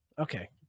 Okay